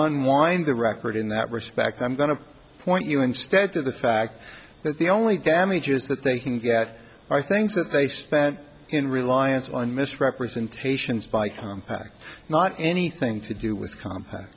unwind the record in that respect i'm going to point you instead to the fact that the only damages that they can get by things that they spent in reliance on misrepresentations by compaq not anything to do with compa